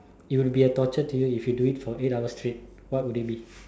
it will be a torture to you if you do it for eight hours straight what would it be